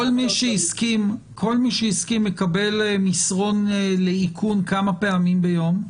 כל מי שהסכים לקבל מסרון לאיכון כמה פעמים ביום?